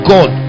God